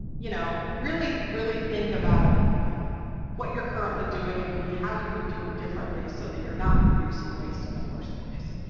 you know, really, really think about what you're currently doing and maybe how you can do it differently so that you're not producing waste in the first place,